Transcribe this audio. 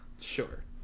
Sure